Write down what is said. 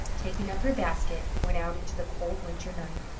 taking up her basket, went out into the cold winter night,